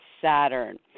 Saturn